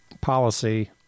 policy